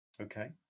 Okay